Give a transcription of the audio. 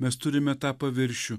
mes turime tą paviršių